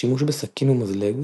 שימוש בסכין ומזלג,